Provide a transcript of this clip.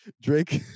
Drake